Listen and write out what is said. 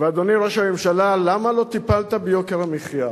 ואדוני ראש הממשלה, למה לא טיפלת ביוקר המחיה